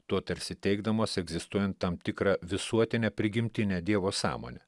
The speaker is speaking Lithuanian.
tuo tarsi teigdamos egzistuojant tam tikrą visuotinę prigimtinę dievo sąmonę